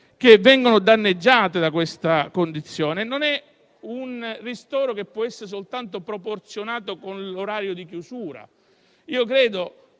che vengono danneggiate da tale condizione. Non è un ristoro che può essere soltanto proporzionato all'orario di chiusura. Credo